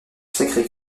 sacré